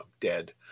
dead